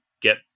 get